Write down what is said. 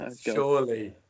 Surely